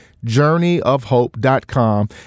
journeyofhope.com